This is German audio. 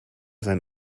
sein